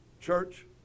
church